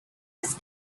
his